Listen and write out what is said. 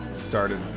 Started